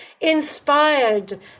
inspired